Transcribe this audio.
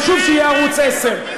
חשוב שיהיה ערוץ 10,